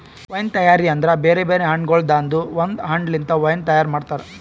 wine ತೈಯಾರಿ ಅಂದುರ್ ಬೇರೆ ಬೇರೆ ಹಣ್ಣಗೊಳ್ದಾಂದು ಒಂದ್ ಹಣ್ಣ ಲಿಂತ್ ವೈನ್ ತೈಯಾರ್ ಮಾಡ್ತಾರ್